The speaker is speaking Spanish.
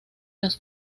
las